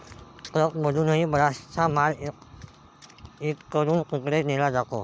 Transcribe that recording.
ट्रकमधूनही बराचसा माल इकडून तिकडे नेला जातो